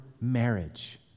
marriage